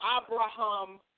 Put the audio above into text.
Abraham